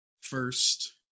first